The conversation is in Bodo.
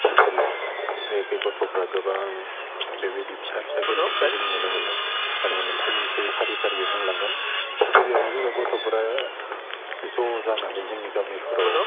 ओनसोलाव बेखै गथ'फ्रा गोबां बेबायदि फिसा फिसा गेलेनायखौ जों नुनो मोनो आङो मोनसे मोनसे फारि फारियै बुंलांगोन गिबियावनो जाबाय गथ'फ्रा ज' जानानै जोंनि गामिफ्राव